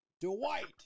Dwight